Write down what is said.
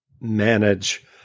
manage